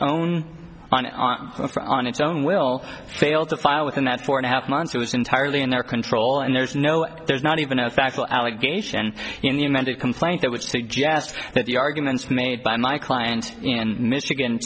its own on its own will fail to file within that four and a half months it was entirely in their control and there's no there's not even a factual allegation in the amended complaint that would suggest that the arguments made by my client in michigan